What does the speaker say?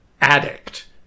addict